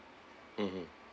mmhmm